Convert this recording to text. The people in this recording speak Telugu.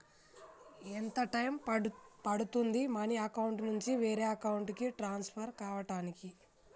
ఎంత టైం పడుతుంది మనీ అకౌంట్ నుంచి వేరే అకౌంట్ కి ట్రాన్స్ఫర్ కావటానికి?